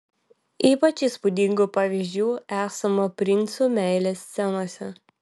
ypač įspūdingų pavyzdžių esama princų meilės scenose